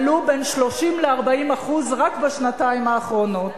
עלו בין 30% ל-40% רק בשנתיים האחרונות.